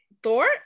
Thor